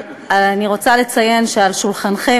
אני רוצה לציין שעל שולחנכם,